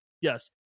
Yes